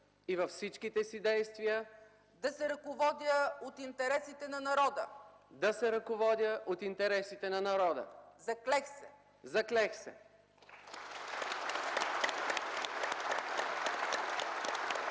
и във всичките си действия да се ръководя от интересите на народа. Заклех се!”